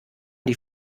die